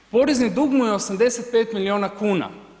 Porezni dug mu je 85 milijuna kuna.